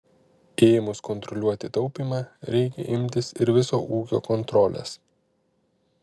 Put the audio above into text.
ėmus kontroliuoti taupymą reikia imtis ir viso ūkio kontrolės